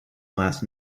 last